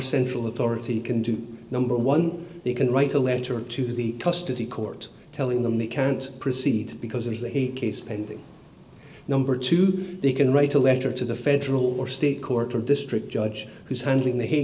central authority can do number one they can write a letter to the custody court telling them they can't proceed because there is a case pending number two they can write a letter to the federal or state court or district judge who's handling the